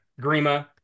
Grima